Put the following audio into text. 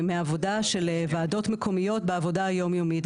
יש איזשהו ניתוק מסוים מהעבודה של ועדות מקומיות בעבודה היומיומית.